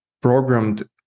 programmed